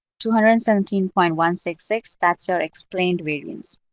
two hundred and seventeen point one six six, that's your explained variance.